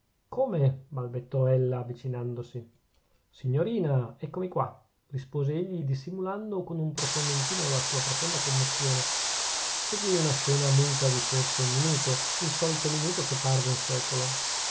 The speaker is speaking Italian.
come balbettò ella avvicinandosi signorina eccomi qua rispose egli dissimulando con un profondo inchino la sua profonda commozione seguì una scena muta di forse un minuto il solito minuto che parve un secolo